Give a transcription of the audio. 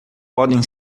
podem